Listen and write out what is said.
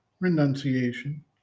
renunciation